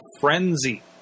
frenzy